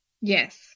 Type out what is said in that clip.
Yes